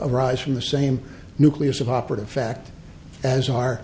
arise from the same nucleus of operative fact as